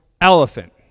elephant